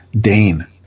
Dane